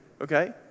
Okay